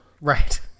right